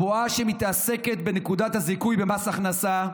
הבועה שמתעסקת בנקודת הזיכוי במס הכנסה,